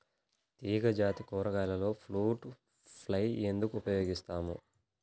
తీగజాతి కూరగాయలలో fruit fly ఎందుకు ఉపయోగిస్తాము?